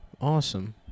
Awesome